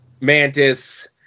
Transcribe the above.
Mantis